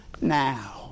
Now